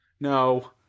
No